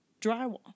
drywall